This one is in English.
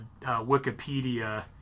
wikipedia